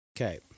okay